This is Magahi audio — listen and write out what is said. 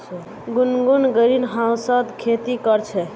गुनगुन ग्रीनहाउसत खेती कर छ